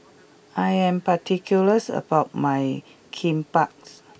I am particular about my Kimbaps